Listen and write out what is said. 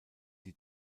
die